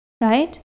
right